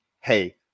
hey